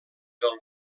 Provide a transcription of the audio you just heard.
del